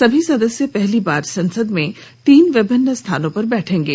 सभी सदस्य पहली बार संसद में तीन विभिन्न स्थानों पर बैठेंगे